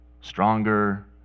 stronger